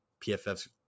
PFF's